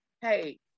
hey